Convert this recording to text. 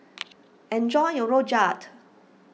enjoy your Rojak